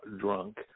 drunk